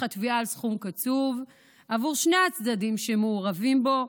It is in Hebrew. התביעה על סכום קצוב בעבור שני הצדדים שמעורבים בו,